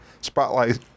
spotlight